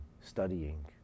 studying